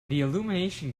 illumination